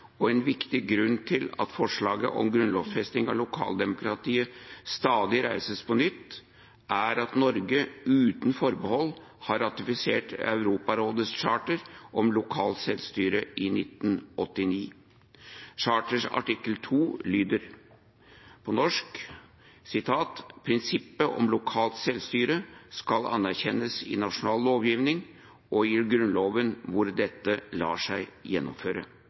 og en viktig grunn til at forslaget om grunnlovfesting av lokaldemokratiet stadig reises på nytt, er at Norge uten forbehold ratifiserte Europarådets charter om lokalt selvstyre i 1989. Charterets artikkel 2 lyder på norsk: «Prinsippet om lokalt selvstyre skal anerkjennes i nasjonal lovgivning, og i grunnlov hvor dette lar seg gjennomføre.»